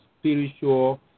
spiritual